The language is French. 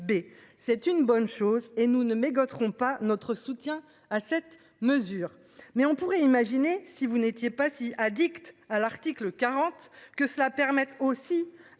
c'est une bonne chose et nous ne mégote rompt pas notre soutien à cette mesure mais on pourrait imaginer si vous n'étiez pas si addict à l'article 40 que cela permette aussi